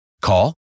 Call